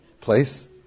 place